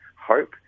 hope